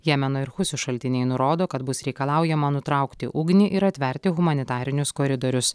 jemeno ir husių šaltiniai nurodo kad bus reikalaujama nutraukti ugnį ir atverti humanitarinius koridorius